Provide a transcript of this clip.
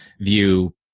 view